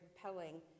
compelling